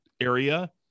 area